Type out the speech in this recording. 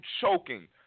choking